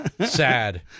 Sad